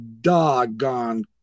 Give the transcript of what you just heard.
doggone